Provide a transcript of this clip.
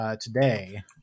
today